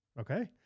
Okay